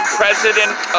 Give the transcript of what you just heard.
president